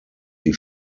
die